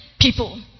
people